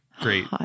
great